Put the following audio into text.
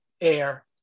air